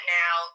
now